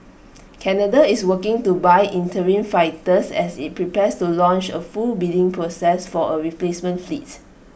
Canada is working to buy interim fighters as IT prepares to launch A full bidding process for A replacement fleet